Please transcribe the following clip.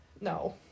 no